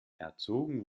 erzogen